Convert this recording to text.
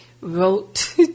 wrote